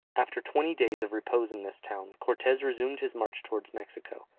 after twenty days of repose in this town, cortes resumed his march towards mexico,